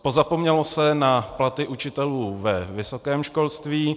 Pozapomnělo se na platy učitelů ve vysokém školství.